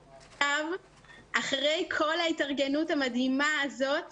אחרי כל ההתארגנות המדהימה הזאת,